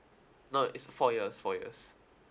no it's a four years four years